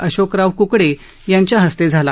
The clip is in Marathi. अशोकराव कुकडे यांच्या हस्ते झाला